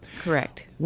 Correct